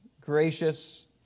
Gracious